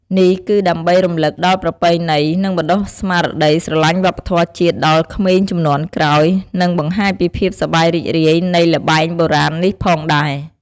នេះគឺដើម្បីរំលឹកដល់ប្រពៃណី និងបណ្តុះស្មារតីស្រឡាញ់វប្បធម៌ជាតិដល់ក្មេងជំនាន់ក្រោយ និងបង្ហាញពីភាពសប្បាយរីករាយនៃល្បែងបុរាណនេះផងដែរ។